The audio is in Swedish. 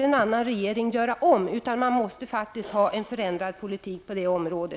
en annan regering kan inte göra om samma misstag, utan det måste föras en annan politik på detta område.